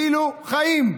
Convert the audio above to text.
תצילו חיים.